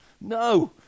No